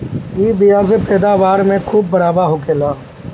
इ बिया से पैदावार में खूब बढ़ावा होखेला